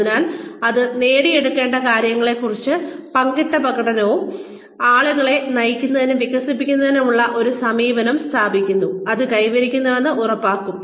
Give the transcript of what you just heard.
അതിനാൽ അത് നേടിയെടുക്കേണ്ട കാര്യങ്ങളെക്കുറിച്ചുള്ള പങ്കിട്ട പഠനവും ആളുകളെ നയിക്കുന്നതിനും വികസിപ്പിക്കുന്നതിനുമുള്ള ഒരു സമീപനം സ്ഥാപിക്കുന്നു അത് കൈവരിക്കുന്നുവെന്ന് ഉറപ്പാക്കും